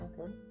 Okay